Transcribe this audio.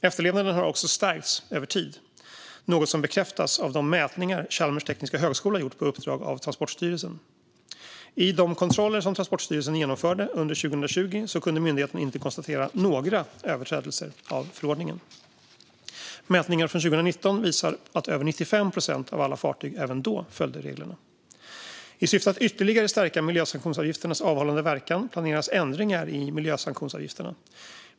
Efterlevnaden har också stärkts över tid, något som bekräftas av de mätningar Chalmers Tekniska Högskola gjort på uppdrag av Transportstyrelsen. I de kontroller som Transportstyrelsen genomförde under 2020 kunde myndigheten inte konstatera några överträdelser av förordningen. Mätningar från 2019 visar att över 95 procent av alla fartyg även då följde reglerna. I syfte att ytterligare stärka miljösanktionsavgifternas avhållande verkan planeras ändringar i miljösanktionsavgifterna.